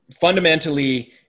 fundamentally